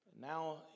Now